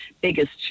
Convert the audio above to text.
biggest